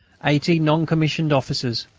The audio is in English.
eighty non-commissioned officers,